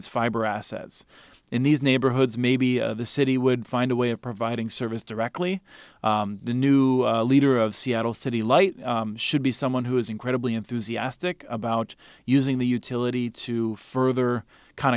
its fiber assets in these neighborhoods maybe the city would find a way of providing service directly the new leader of seattle city light should be someone who is incredibly enthusiastic about using the utility to further kind